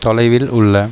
தொலைவில் உள்ள